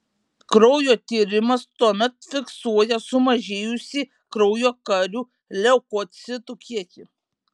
kraujo tyrimas tuomet fiksuoja sumažėjusį kraujo karių leukocitų kiekį